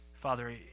Father